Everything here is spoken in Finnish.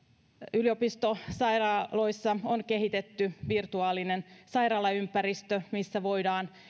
yliopistosairaaloissa on kehitetty virtuaalinen sairaalaympäristö missä voidaan